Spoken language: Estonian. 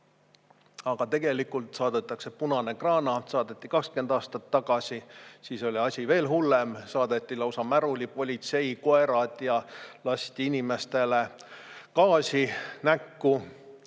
tegelikult saadetakse punane kraana. Saadeti ka 20 aastat tagasi. Siis oli asi veel hullem, saadeti lausa märulipolitseikoerad ja lasti inimestele gaasi näkku.